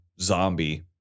zombie